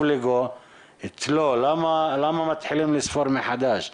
למה מתחילים לספור מחדש?